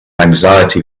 anxiety